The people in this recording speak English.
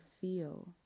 feel